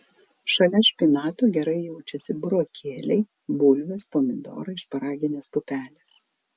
šalia špinatų gerai jaučiasi burokėliai bulvės pomidorai šparaginės pupelės